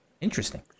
Interesting